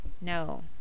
No